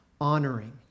honoring